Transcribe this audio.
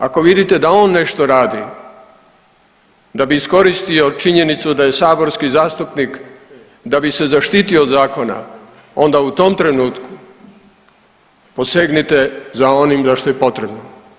Ako vidite da on nešto radi da bi iskoristio činjenicu da je saborski zastupnik, da bi se zaštitio od zakona, onda u tom trenutku posegnuti za onim za što je potrebno.